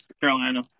Carolina